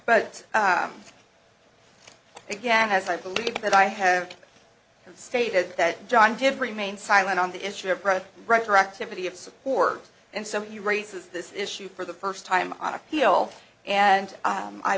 but again as i believe that i have stated that john did remain silent on the issue of press retroactivity of support and so he raises this issue for the first time on appeal and